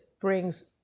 brings